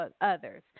others